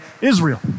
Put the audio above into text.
Israel